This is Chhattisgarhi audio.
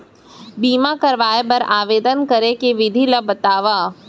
बीमा करवाय बर आवेदन करे के विधि ल बतावव?